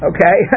Okay